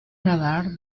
nadar